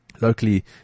Locally